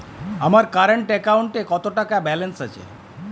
আমার কারেন্ট অ্যাকাউন্টে কত টাকা ব্যালেন্স আছে?